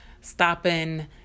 stopping